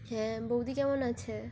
হ্যাঁ বৌদি কেমন আছে